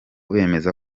bemeza